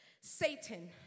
Satan